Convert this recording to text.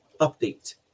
update